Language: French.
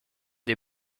des